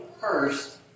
first